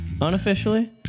Unofficially